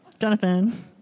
Jonathan